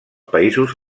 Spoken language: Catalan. països